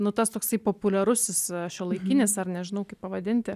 nu tas toksai populiarusis šiuolaikinis ar nežinau kaip pavadinti